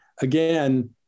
again